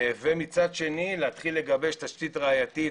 ומצד שני להתחיל לגבש תשתית ראייתית,